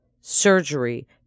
surgery